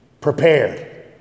prepared